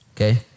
okay